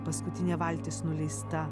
paskutinė valtis nuleista